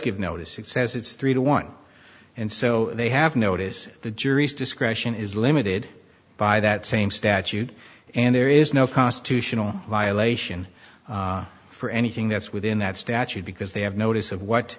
give notice it says it's three to one and so they have notice the jury's discretion is limited by that same statute and there is no constitutional violation for anything that's within that statute because they have notice of